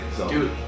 Dude